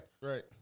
right